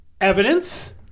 Evidence